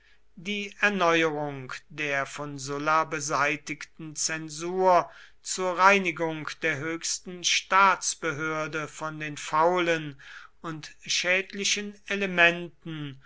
die erneuerung der von sulla beseitigten zensur zur reinigung der höchsten staatsbehörde von den faulen und schädlichen elementen